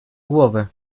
głowę